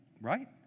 Right